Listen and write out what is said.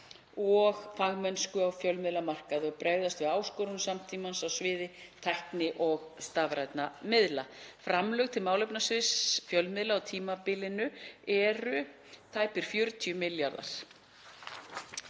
og fagmennsku á fjölmiðlamarkaði og bregðast við áskorunum samtímans á sviði tækni og stafrænna miðla. Framlög til málefnasviðs fjölmiðla á tímabilinu eru tæpir 40 milljarðar.